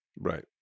Right